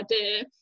idea